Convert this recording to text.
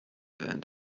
went